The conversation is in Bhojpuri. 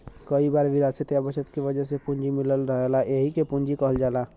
कई बार विरासत या बचत के वजह से पूंजी मिलल रहेला एहिके आपन पूंजी कहल जाला